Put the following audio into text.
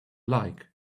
like